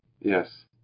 Yes